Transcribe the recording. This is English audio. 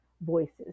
voices